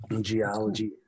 Geology